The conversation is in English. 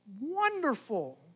Wonderful